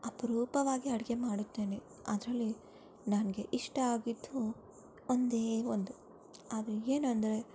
ಅಪರೂಪವಾಗಿ ಅಡುಗೆ ಮಾಡುತ್ತೇನೆ ಅದರಲ್ಲಿ ನನಗೆ ಇಷ್ಟ ಆಗಿದ್ದು ಒಂದೇ ಒಂದು ಅದು ಏನು ಅಂದರೆ